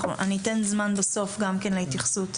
אני אתן זמן בסוף גם כן להתייחסות,